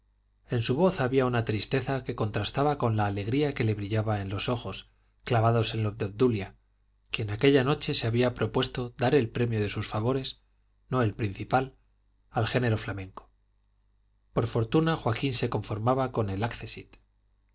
en su voz había una tristeza que contrastaba con la alegría que le brillaba en los ojos clavados en los de obdulia quien aquella noche se había propuesto dar el premio de sus favores no el principal al género flamenco por fortuna joaquín se conformaba con el accsit